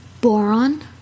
boron